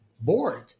bored